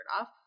off